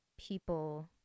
people